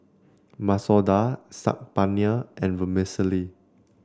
Masoor Dal Saag Paneer and Vermicelli